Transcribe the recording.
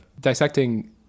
dissecting